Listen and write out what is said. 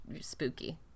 spooky